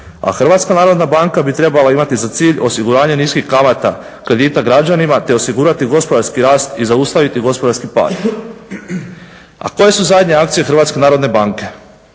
politike na HNB, a HNB bi trebala imati za cilj osiguranje niskih kamata kredita građanima te osigurati gospodarski rast i zaustaviti gospodarski pad. A koje su zadnje akcije HNB-a? prodavali